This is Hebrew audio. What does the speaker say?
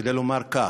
כדי לומר כך: